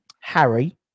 Harry